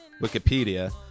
Wikipedia